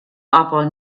aber